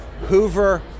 Hoover